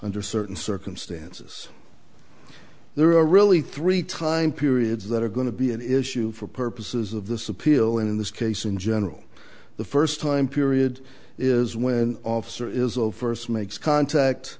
under certain circumstances there are really three time periods that are going to be an issue for purposes of this appeal in this case in general the first time period is when the officer is of first makes contact